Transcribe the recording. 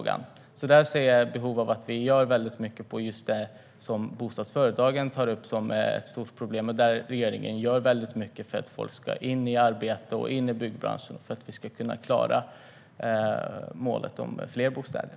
Jag ser behov av att vi gör väldigt mycket för just det som bostadsföretagen tar upp som ett stort problem. Regeringen gör också väldigt mycket för att få in folk i arbete och i byggbranschen och för att vi ska kunna klara målet om fler bostäder.